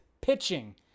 pitching